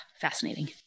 fascinating